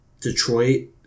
Detroit